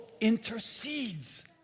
intercedes